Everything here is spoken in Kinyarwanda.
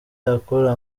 akora